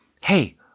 Hey